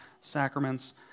sacraments